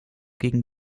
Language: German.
gegen